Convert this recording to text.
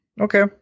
okay